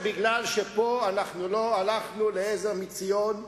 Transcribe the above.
משום שפה לא הלכנו ל"עזר מציון",